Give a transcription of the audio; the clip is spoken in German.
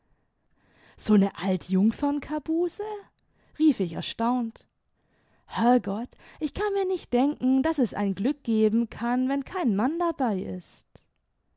so nie altjungfernkabuse rief ich erstaunt herrgott ich kann mir nicht denken daß es ein glück geben kann wenn kein mann dabei ist